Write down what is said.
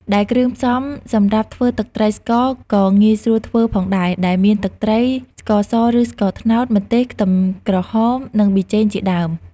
ដែលគ្រឿងផ្សំសម្រាប់ធ្វើទឹកត្រីស្ករក៏ងាយស្រួលធ្វើផងដែរ ដែលមាន ទឹកត្រី ស្ករសឬស្ករត្នោត ម្ទេស ខ្ទឹមក្រហម និងប៊ីចេងជាដើម។